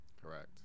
Correct